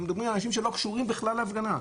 אנחנו מדברים על אנשים שלא קשורים בכלל להפגנה.